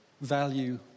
value